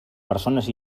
persones